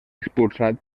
expulsat